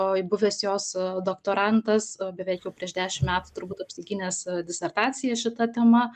į buvęs jos doktorantas beveik jau prieš dešim metų turbūt apsigynęs disertaciją šita tema